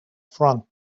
front